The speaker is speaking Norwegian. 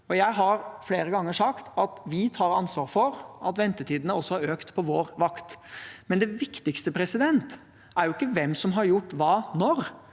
Jeg har flere ganger sagt at vi tar ansvar for at ventetidene også har økt på vår vakt. Men det viktigste er jo ikke hvem som har gjort hva når.